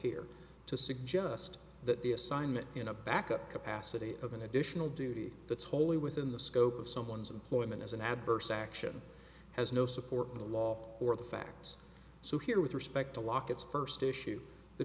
here to suggest that the assignment in a backup capacity of an additional duty that's wholly within the scope of someone's employment as an adverse action has no support in the law or the facts so here with respect to lockett's first issue the